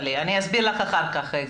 אני אסביר לך אחר כך.